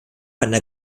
einer